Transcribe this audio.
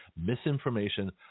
misinformation